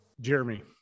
Jeremy